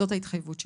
זאת ההתחייבות שלי.